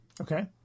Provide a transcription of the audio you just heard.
Okay